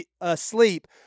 asleep